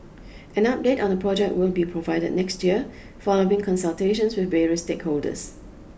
an update on the project will be provided next year following consultations with various stakeholders